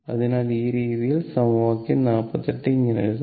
അതിനാൽ ഈ രീതിയിൽ ഈ സമവാക്യം 48 ഇങ്ങനെ എഴുതാം